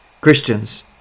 Christians